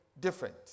different